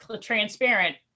transparent